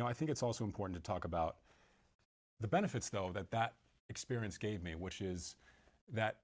know i think it's also important to talk about the benefits though that that experience gave me which is that